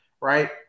right